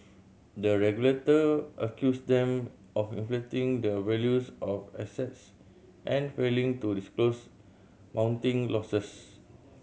the regulator accused them of inflating the values of assets and failing to disclose mounting losses